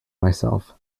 myself